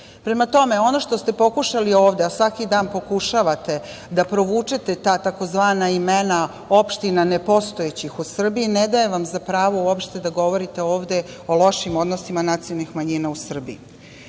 tome, ono što ste pokušali ovde, a svaki dan pokušavate da provučete ta tzv. imena nepostojećih opština u Srbiji, ne daje vam za pravo uopšte da govorite ovde o lošim odnosima nacionalnih manjina u Srbiji. Danas